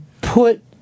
put